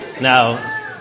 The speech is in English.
now